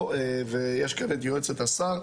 ויש כאן את יועצת השר,